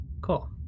Cool